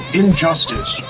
injustice